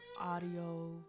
audio